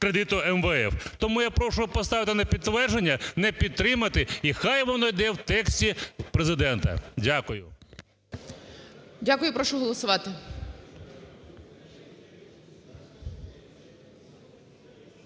кредиту МВФ. Тому я прошу поставити на підтвердження не підтримати, і хай воно іде в тексті Президента. Дякую. ГОЛОВУЮЧИЙ. Дякую. Прошу голосувати.